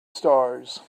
stars